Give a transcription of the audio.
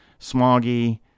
smoggy